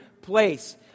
place